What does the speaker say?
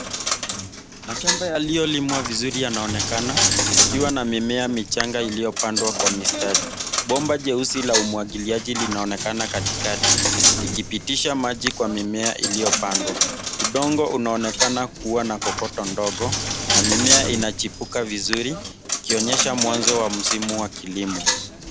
Mashamba yaliyolimwa vizuri yanaonekana yakiwa na mimea michanga iliyopandwa kwa mistari. Bomba jeusi la umwagiliaji linaonekana katikati, likipitisha maji kwa mimea iliyopandwa. Udongo unaonekana kuwa na kokoto ndogo na mimea inachipuka vizuri, ikionyesha mwanzo wa msimu wa kilimo.